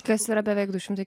kas yra beveik du šimtai